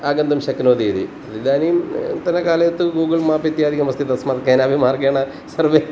आगन्तुं शक्नोति इति इदानीं तनकाले तु गूगल् माप् इत्यादिकमस्ति तस्मात् केनापि मार्गेण सर्वे